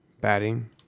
batting